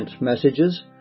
Messages